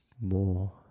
more